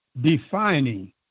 defining